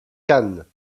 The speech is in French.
cannes